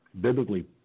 Biblically